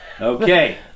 Okay